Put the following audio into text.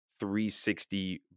360